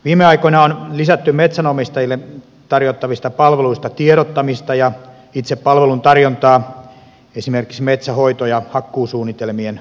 viime aikoina on lisätty metsänomistajille tarjottavista palveluista tiedottamista ja itse palveluntarjontaa esimerkiksi metsän hoito ja hakkuusuunnitelmien suhteen